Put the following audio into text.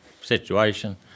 situation